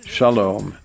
Shalom